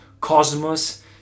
cosmos